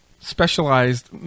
specialized